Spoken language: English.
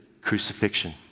crucifixion